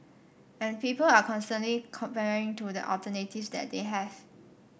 and people are constantly comparing to the alternatives that they have